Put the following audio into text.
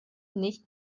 nicht